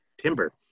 timber